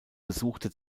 besuchte